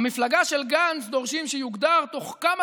במפלגה של גנץ דורשים שיוגדר תוך כמה